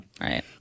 Right